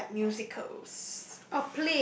like musical